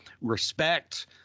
respect